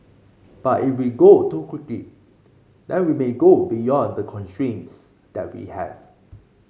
but if we go too quickly then we may go beyond the constraints that we have